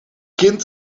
kind